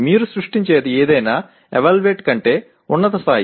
మీరు సృష్టించేది ఏదైనా ఎవాల్యుయేట్ కంటే ఉన్నత స్థాయి